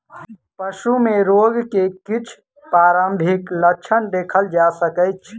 पशु में रोग के किछ प्रारंभिक लक्षण देखल जा सकै छै